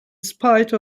spite